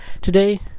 Today